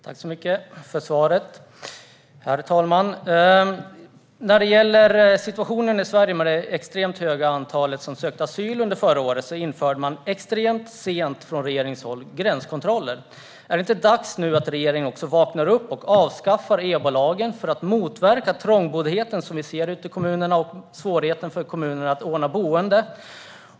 Herr talman! Jag tackar för svaret. Sverige hade under förra året en situation med ett extremt stort antal asylsökande. Regeringen införde, extremt sent, gränskontroller. Är det inte dags att regeringen vaknar upp och avskaffar EBO-lagen? Man skulle genom detta motverka den trångboddhet som vi ser ute i kommunerna och svårigheten för kommunerna att ordna boende.